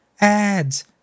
ads